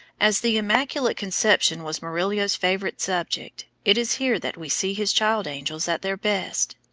as the immaculate conception was murillo's favorite subject, it is here that we see his child-angels at their best.